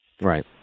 Right